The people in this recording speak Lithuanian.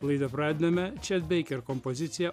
laidą pradedame čia veikia ir kompozicija